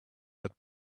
had